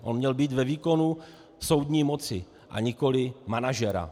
On měl být ve výkonu soudní moci, a nikoli manažera.